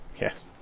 Yes